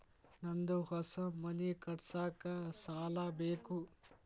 ನಂದು ಹೊಸ ಮನಿ ಕಟ್ಸಾಕ್ ಸಾಲ ಬೇಕು